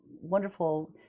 wonderful